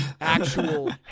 actual